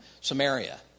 Samaria